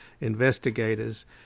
investigators